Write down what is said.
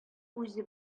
үзе